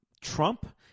Trump